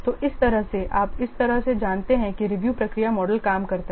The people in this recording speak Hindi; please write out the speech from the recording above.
तो इस तरह से आप इस तरह से जानते हैं कि रिव्यू प्रक्रिया मॉडल काम करता है